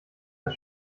das